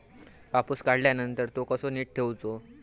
कापूस काढल्यानंतर तो कसो नीट ठेवूचो?